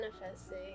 manifesting